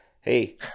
hey